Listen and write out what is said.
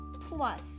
plus